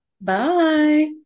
bye